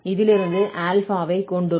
இதிலிருந்து α வை கொண்டுள்ளோம்